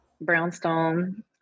brownstone